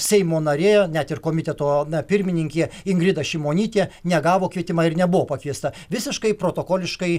seimo narė net ir komiteto pirmininkė ingrida šimonytė negavo kvietimą ir nebuvo pakviesta visiškai protokoliškai